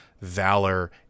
valor